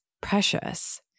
precious